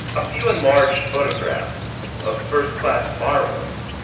a few enlarged photographs of first-class bar-rooms,